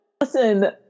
Listen